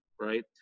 right